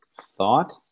thought